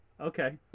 Okay